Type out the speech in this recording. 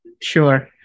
Sure